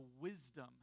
wisdom